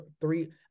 three